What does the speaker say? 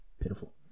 Pitiful